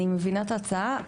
אני מבינה את ההצעה.